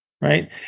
right